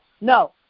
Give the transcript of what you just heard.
no